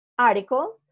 article